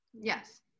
Yes